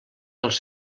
dels